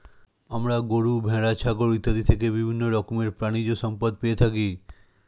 আমরা গরু, ভেড়া, ছাগল ইত্যাদি থেকে বিভিন্ন রকমের প্রাণীজ সম্পদ পেয়ে থাকি